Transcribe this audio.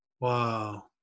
Wow